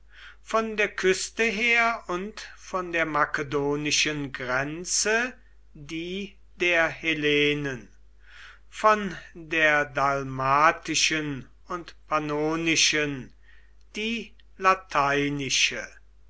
von der küste her und von der makedonischen grenze die der hellenen von der dalmatischen und pannonischen die lateinische